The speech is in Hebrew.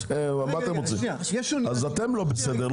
אז אתם לא בסדר.